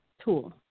tool